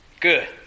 good